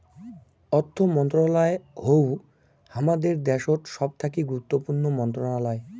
অর্থ মন্ত্রণালয় হউ হামাদের দ্যাশোত সবথাকি গুরুত্বপূর্ণ মন্ত্রণালয়